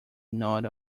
nod